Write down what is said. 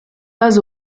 pas